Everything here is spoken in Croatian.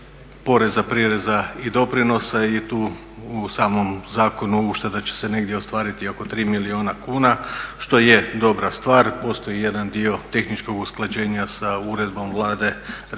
poreza, prireza i doprinosa i tu u samom zakonu ušteda će se negdje ostvariti oko 3 milijuna kuna što je dobra stvar, postoji jedan dio tehničkog usklađenja sa uredbom Vlade